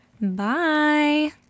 Bye